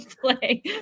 play